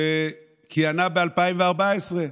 שכיהנה ב-2014,